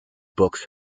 books